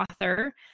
author